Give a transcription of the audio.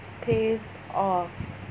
pays off